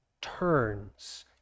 turns